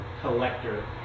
collector